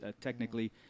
technically